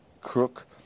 Crook